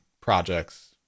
projects